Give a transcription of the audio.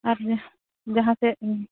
ᱟᱨ ᱡᱟᱦᱟᱸ ᱥᱮᱫ